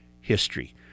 history